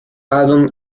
album